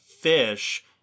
fish